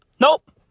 Nope